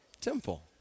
temple